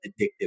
addictive